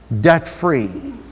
debt-free